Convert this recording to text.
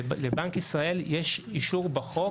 לבנק ישראל יש אישור בחוק,